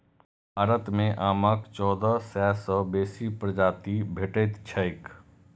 भारत मे आमक चौदह सय सं बेसी प्रजाति भेटैत छैक